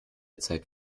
zeit